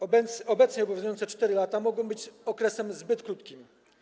Obecnie obowiązujące 4 lata mogą być okresem zbyt krótkim.